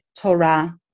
Torah